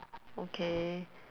okay